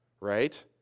right